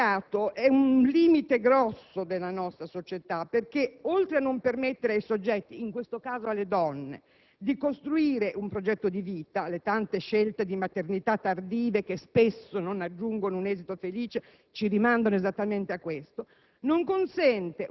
Il precariato è un grosso limite della nostra società perché oltre a non permettere ai soggetti (in questo caso alle donne) di costruire un progetto di vita - le tante scelte di maternità tardive che spesso non raggiungono un esito felice ci rimandano esattamente a questo